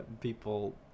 people